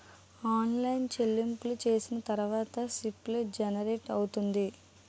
online చెల్లింపులు చేసిన తర్వాత స్లిప్ జనరేట్ అవుతుంది